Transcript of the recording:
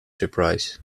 surprise